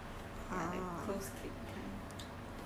then they all is like they know since secondary school [one]